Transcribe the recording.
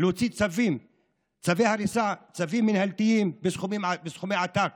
להוציא צווי הריסה, צווים מינהלתיים בסכומי עתק,